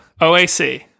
OAC